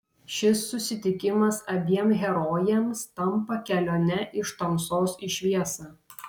šis susitikimas abiem herojėms tampa kelione iš tamsos į šviesą